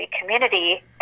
community